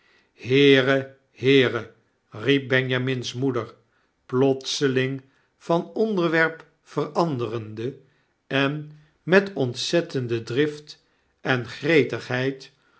heere heere riep benjamin's moeder plotseling van onderwerp veranderende en met ontzettende drift en gretigheid